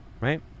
right